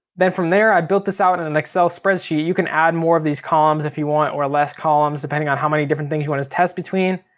then from there i built this out in an excel spreadsheet. you can add more of these columns if you want or less columns, depending on how many different things you want to test between.